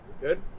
good